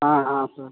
हाँ हाँ सर